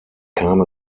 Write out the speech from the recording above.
kam